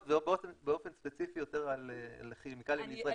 ובאופן ספציפי יותר לכימיקלים בישראל.